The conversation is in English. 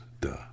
Duh